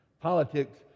Politics